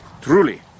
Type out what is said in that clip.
Truly